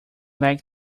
like